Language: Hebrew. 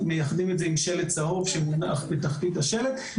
מייחדים את זה עם שלט צהוב שמונח בתחתית השלט.